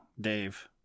Dave